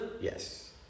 Yes